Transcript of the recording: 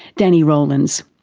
danni rowlands.